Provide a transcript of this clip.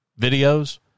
videos